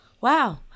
wow